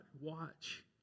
Watch